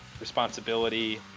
responsibility